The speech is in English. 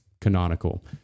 canonical